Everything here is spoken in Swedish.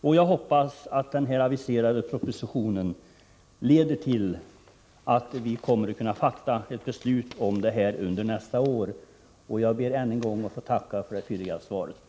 Jag hoppas att den aviserade propositionen leder till ett beslut under nästa år. Jag ber än en gång att få tacka för det fylliga svaret.